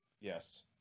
Yes